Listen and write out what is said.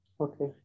Okay